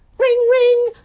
ring ring.